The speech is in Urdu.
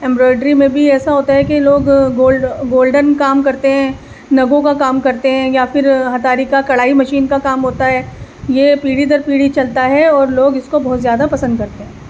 امبرائڈری میں بھی ایسا ہوتا ہے کہ لوگ گولڈن کام کرتے ہیں نگوں کا کام کرتے ہیں یا پھر ہتاڑی کا کڑھائی مشین کا کام ہوتا ہے یہ پیڑھی در پیڑھی چلتا ہے اور لوگ اس کو بہت زیادہ پسند کرتے ہیں